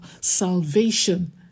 salvation